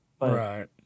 Right